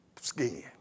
skin